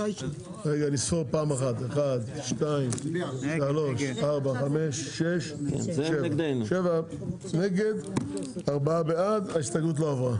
הצבעה בעד 4. נגד 7. ההסתייגות לא עברה.